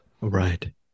right